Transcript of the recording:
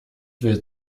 will